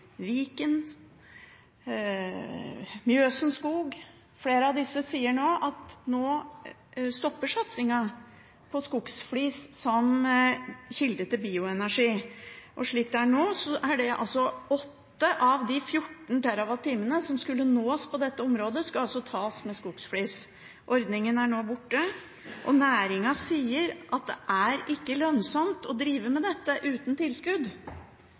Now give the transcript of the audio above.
Viken og Mjøsen Skog, flere av disse, sier at nå stopper satsingen på skogsflis som kilde til bioenergi. 8 av de 14 TWh som skulle nås på dette området, skulle altså nås med skogsflis. Ordningen er nå borte. Næringen sier at det ikke er lønnsomt å drive med dette uten tilskudd,